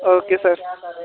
okay sir